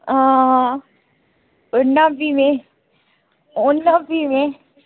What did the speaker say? हां औना फ्ही में औना फ्ही में